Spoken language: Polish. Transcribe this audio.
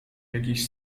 jakiś